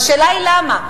השאלה היא: למה?